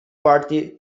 party